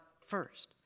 first